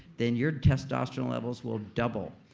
then your testosterone levels will double.